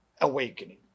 awakening